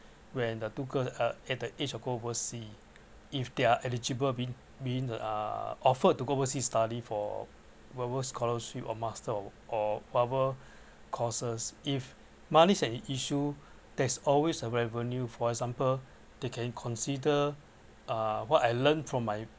when the two girls are at the age to go oversea if they're eligible been being uh offered to go overseas study for global scholarship or master or whatever courses if money's an issue there's always a revenue for example they can consider uh what I learn from my